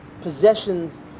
possessions